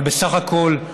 אבל בסך הכול,